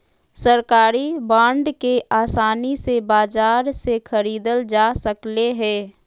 सरकारी बांड के आसानी से बाजार से ख़रीदल जा सकले हें